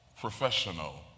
professional